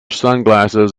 sunglasses